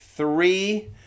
Three